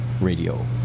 radio